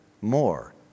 more